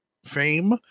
Fame